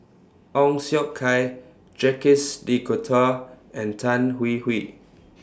Ong Siong Kai Jacques De Coutre and Tan Hwee Hwee